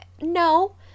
no